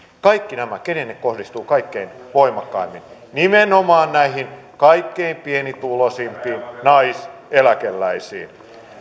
kaikki nämä keneen ne kohdistuvat kaikkein voimakkaimmin nimenomaan näihin kaikkein pienituloisimpiin naiseläkeläisiin